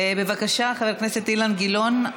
בבקשה, חבר הכנסת אילן גילאון.